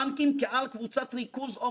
ידי רשות התחרות בהקדם,